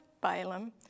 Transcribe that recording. Balaam